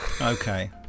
Okay